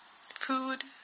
food